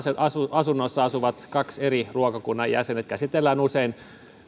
asunnossa asuvat kaksi eri ruokakunnan jäsentä käsitellään usein